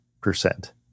percent